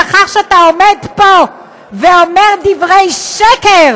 בכך שאתה עומד פה ואומר דברי שקר,